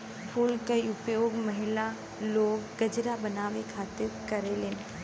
फूल के उपयोग महिला लोग गजरा बनावे खातिर करलीन